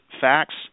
facts